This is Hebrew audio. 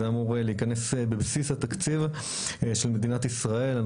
זה אמור להיכנס בבסיס התקציב של מדינת ישראל.